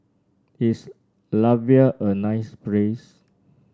is Latvia a nice place